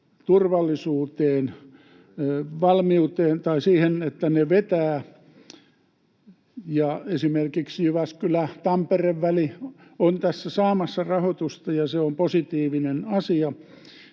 turvallisuuteen, valmiuteen ja siihen, että ne vetävät. Esimerkiksi Jyväskylä—Tampere-väli on tässä saamassa rahoitusta, ja se on positiivinen asia.